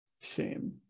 Shame